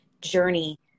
journey